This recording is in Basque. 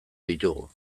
ditugu